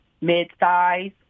mid-size